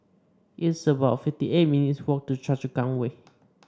it's about fifty eight minutes' walk to Choa Chu Kang Way